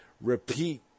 repeat